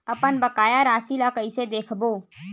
अपन बकाया राशि ला कइसे देखबो?